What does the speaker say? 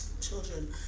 children